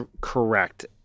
correct